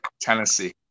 Tennessee